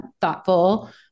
thoughtful